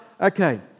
okay